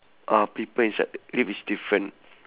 uh people inside lift is different